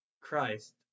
Christ